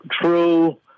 true